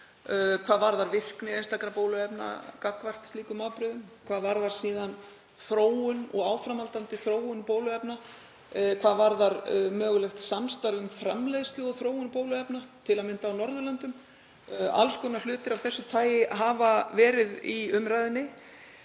hvað varðar virkni einstakra bóluefna gagnvart slíkum afbrigðum, hvað varðar síðan þróun og áframhaldandi þróun bóluefna og hvað varðar mögulegt samstarf um framleiðslu og þróun bóluefna, til að mynda á Norðurlöndum. Alls konar hlutir af þessu tagi hafa verið í umræðunni.